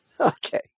Okay